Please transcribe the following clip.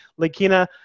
Lakina